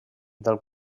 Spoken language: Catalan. del